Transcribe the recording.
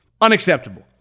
Unacceptable